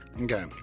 okay